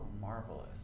marvelous